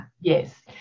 Yes